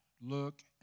look